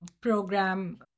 program